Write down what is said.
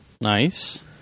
Nice